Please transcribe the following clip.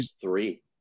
three